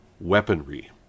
weaponry